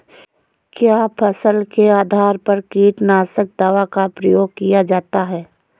क्या फसल के आधार पर कीटनाशक दवा का प्रयोग किया जाता है?